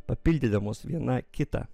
papildydamos viena kitą